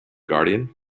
guardian